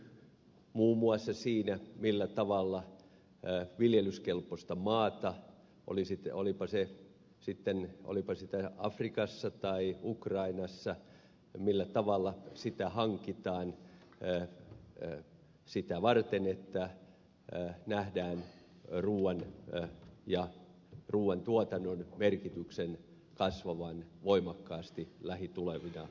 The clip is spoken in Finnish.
tämä näkyy muun muassa siinä millä tavalla viljelyskelpoista maata olipa sitä afrikassa tai ukrainassa hankitaan sitä varten että nähdään ruuan ja ruuantuotannon merkityksen kasvavan voimakkaasti tulevina vuosina